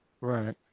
Right